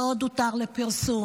ועוד "הותר לפרסום".